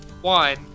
one